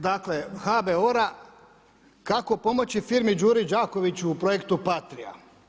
Dakle, HBOR-a kako pomoći firmi Đuri Đakoviću u projektu Patria.